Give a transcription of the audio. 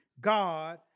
God